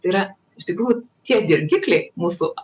tai yra iš tikrųjų tie dirgikliai mūsų